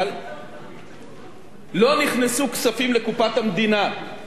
לא נכנסו כספים לקופת המדינה מאותם דיבידנדים כלואים,